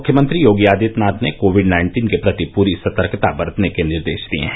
मुख्यमंत्री योगी आदित्यनाथ ने कोविड नाइन्टीन के प्रति प्री सतर्कता बरतने के निर्देश दिये हैं